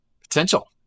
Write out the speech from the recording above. Potential